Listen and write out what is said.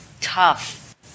tough